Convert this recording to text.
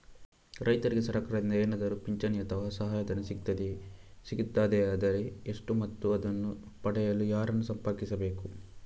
ರೈತರಿಗೆ ಸರಕಾರದಿಂದ ಏನಾದರೂ ಪಿಂಚಣಿ ಅಥವಾ ಸಹಾಯಧನ ಸಿಗುತ್ತದೆಯೇ, ಸಿಗುತ್ತದೆಯಾದರೆ ಎಷ್ಟು ಮತ್ತು ಅದನ್ನು ಪಡೆಯಲು ಯಾರನ್ನು ಸಂಪರ್ಕಿಸಬೇಕು?